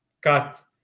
cut